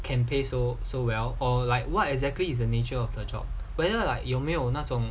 can pay so so well or like what exactly is the nature of the job whether like 有没有那种